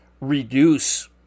reduce